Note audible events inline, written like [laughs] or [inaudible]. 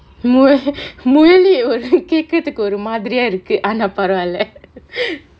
[laughs] muesli ஒரு கேக்குறதுக்கு ஒரு மாதிரியா இருக்கு ஆனா பரவால:oru kekkurathukku oru maathiriyaa irukku aanaa paravaala [laughs]